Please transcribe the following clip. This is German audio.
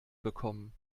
bekommen